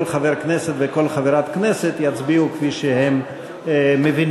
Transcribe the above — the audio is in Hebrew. כל חבר כנסת וכל חברת כנסת יצביעו כפי שהם מבינים.